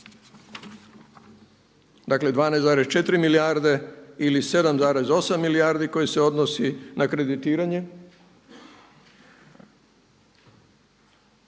dakle 12,4 milijarde ili 7,8 milijardi koji se odnosi na kreditiranje.